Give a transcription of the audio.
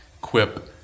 quip